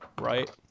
right